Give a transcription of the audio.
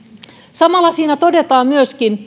samalla siinä todetaan myöskin